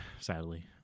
sadly